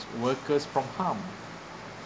workers from harm